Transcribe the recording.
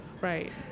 Right